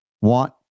want